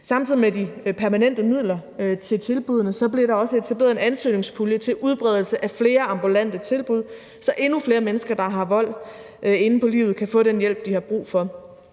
Samtidig med de permanente midler til tilbuddene blev der også etableret en ansøgningspulje til udbredelse af flere ambulante tilbud, så endnu flere mennesker, der har vold inde på livet, kan få den hjælp, de har brug for.